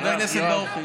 חבר הכנסת ברוכי,